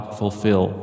fulfill